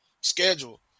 schedule